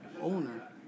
owner